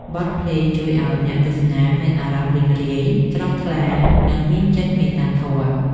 បទភ្លេងជួយឱ្យអ្នកទស្សនាមានអារម្មណ៍រីករាយ ស្រស់ថ្លា និងមានចិត្តមេត្តាធម៌។